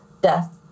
death